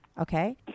Okay